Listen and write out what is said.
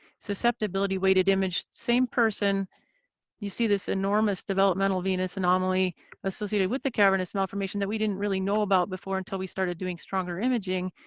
susceptibility weighted image same person you see this enormous developmental venous anomaly associated with the cavernous malformation that we didn't really know about before until we started doing stronger imaging.